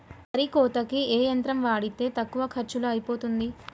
వరి కోతకి ఏ యంత్రం వాడితే తక్కువ ఖర్చులో అయిపోతుంది?